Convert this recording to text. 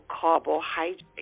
carbohydrates